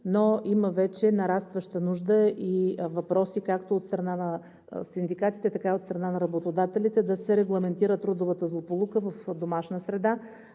но има вече нарастваща нужда и въпроси както от страна на синдикатите, така и от страна на работодателите да се регламентира трудовата злополука в домашна среда,